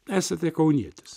esate kaunietis